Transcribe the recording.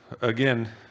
again